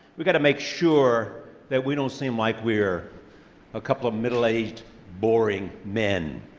we've got to make sure that we don't seem like we're a couple of middle-aged boring men.